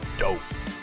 dope